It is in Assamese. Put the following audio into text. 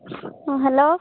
অঁ হেল্ল'